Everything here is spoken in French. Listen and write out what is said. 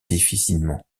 difficilement